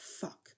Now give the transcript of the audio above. Fuck